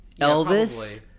Elvis